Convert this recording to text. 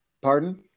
Pardon